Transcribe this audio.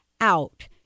out